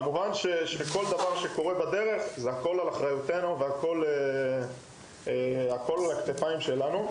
הרי כמובן שכל דבר שקורה בדרך הוא באחריותנו ונמצא על כתפינו.